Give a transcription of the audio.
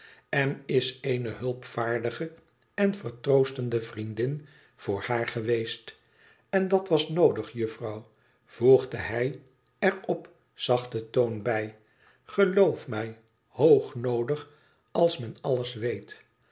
en is eene hulpvaardige en vertroostende vriendin voor haar geweest en dat was noodig juffrouw voegde hij er op zachten toon bij geloof mij hoog noodig als men alles weet